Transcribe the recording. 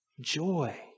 joy